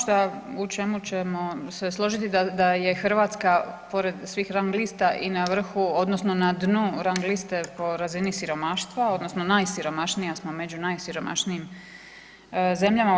Ono šta, u čemu ćemo se složiti da je Hrvatska pored svih rang lista i na vrhu, odnosno na dnu rang liste po razini siromaštva, odnosno najsiromašnija smo među najsiromašnijim zemljama u EU.